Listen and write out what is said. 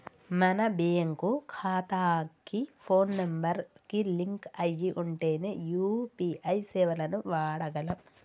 మన బ్యేంకు ఖాతాకి phone number కి లింక్ అయ్యి ఉంటేనే యూ.పీ.ఐ సేవలను వాడగలం